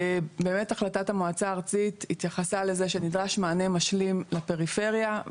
באמת החלטת המועצה הארצית התייחסה לזה שנדרש מענה משלים לפריפריה.